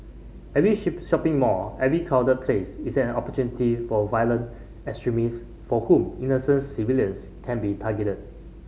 every shopping mall every crowded place is an opportunity for violent extremists for whom innocent civilians can be targeted